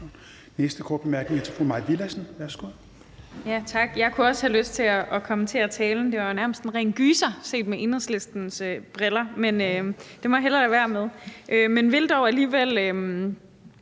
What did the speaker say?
næste korte bemærkning er til fru Mai Villadsen. Værsgo.